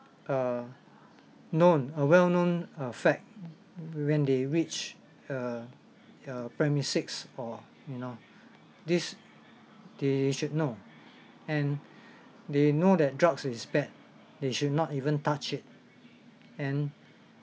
uh known a well known err fact when they reach uh uh primary six or you know this they should know and they know that drugs is bad they should not even touch it and